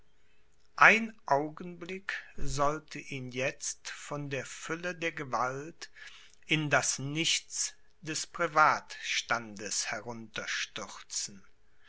ein augenblick sollte ihn jetzt von der fülle der gewalt in das nichts des privatstandes